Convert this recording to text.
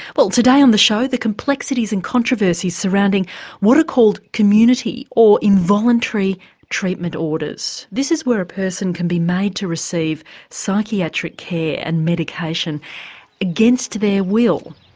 well today on the show the complexities and controversies surrounding what are called community or involuntary treatment orders. this is where a person can be made to receive psychiatric care and medication against their will.